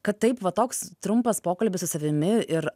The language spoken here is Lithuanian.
kad taip va toks trumpas pokalbis su savimi ir